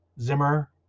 Zimmer